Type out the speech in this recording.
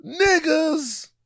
Niggas